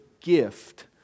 gift